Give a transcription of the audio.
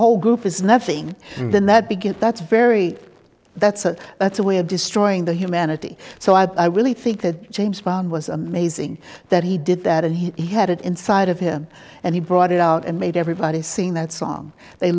whole group is nothing then that begins that's very that's a that's a way of destroying the humanity so i really think that james bond was amazing that he did that and he had it inside of him and he brought it out and made everybody sing that song they